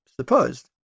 supposed